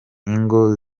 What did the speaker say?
ingo